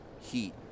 heat